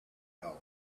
hell